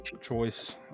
choice